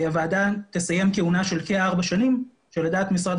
הוועדה תסיים כהונה של כארבע שנים שלדעת משרד